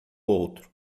outro